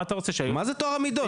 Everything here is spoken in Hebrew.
מה זה טוהר המידות,